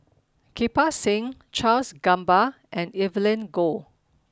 Kirpal Singh Charles Gamba and Evelyn Goh